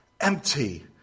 empty